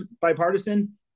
bipartisan